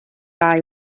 ddau